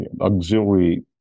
auxiliary